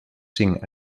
cinc